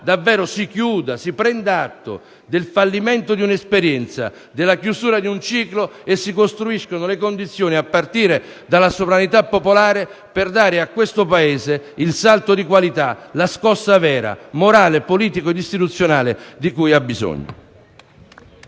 allora si chiuda, si prenda atto del fallimento di un'esperienza, della conclusione di un ciclo e si costruiscano le condizioni, a partire dalla sovranità popolare, per permettere a questo Paese il salto di qualità, per dare la scossa vera, morale, politico-istituzionale di cui ha bisogno.